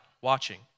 watching